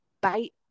bite